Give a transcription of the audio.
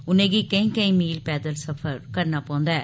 उनेंगी केई केई मील पैदल सफर करना पौन्दा ऐ